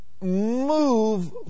move